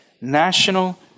national